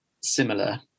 similar